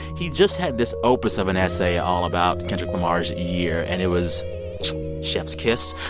he just had this opus of an essay all about kendrick lamar's year, and it was chef's kiss.